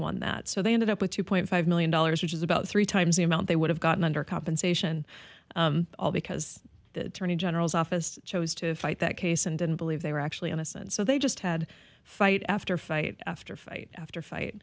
won that so they ended up with two point five million dollars which is about three times the amount they would have gotten under compensation all because the tourney general's office chose to fight that case and didn't believe they were actually innocent so they just had a fight after fight after fight after fight